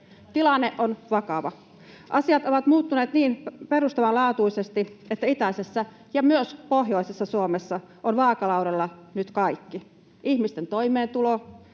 Tilanne on vakava. Asiat ovat muuttuneet niin perustavanlaatuisesti, että itäisessä ja myös pohjoisessa Suomessa on vaakalaudalla nyt kaikki: ihmisten toimeentulo,